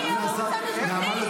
אני לא יוצאת.